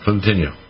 Continue